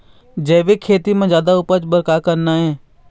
जैविक खेती म जादा उपज बर का करना ये?